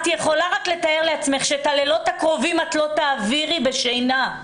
את יכולה רק לתאר לעצמך שאת הלילות הקרובים את לא תעבירי בשינה,